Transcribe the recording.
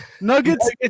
Nuggets